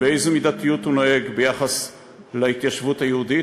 באיזו מידתיות הוא נוהג ביחס להתיישבות היהודית,